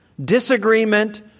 disagreement